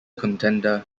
contender